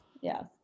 yes